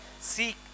seek